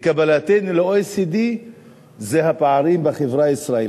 בקבלתנו ל-OECD זה הפערים בחברה הישראלית.